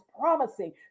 promising